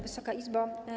Wysoka Izbo!